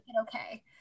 Okay